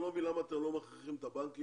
אני לא מבין למה אתם לא מכריחים את הבנקים